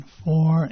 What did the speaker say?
four